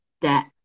debt